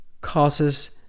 causes